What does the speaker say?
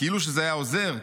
כאילו שזה היה עוזר,